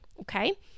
okay